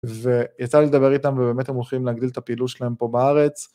ויצא לי לדבר איתם, ובאמת הם הולכים להגדיל את הפעילות שלהם פה בארץ.